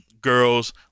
girls